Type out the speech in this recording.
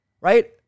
right